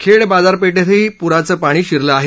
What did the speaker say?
खेड बाहारपेठेतही पुराचं पाणी शिरलं आहे